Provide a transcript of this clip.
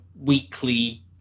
weekly